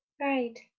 right